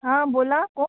हां बोला कोण